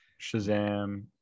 Shazam